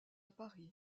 paris